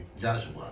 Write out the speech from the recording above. Joshua